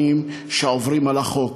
עבריינים שעוברים על החוק.